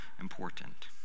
important